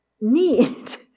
need